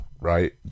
right